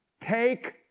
Take